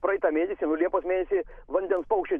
praeitą mėnesį nu liepos mėnesį vandens paukščiai